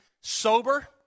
sober